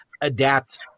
adapt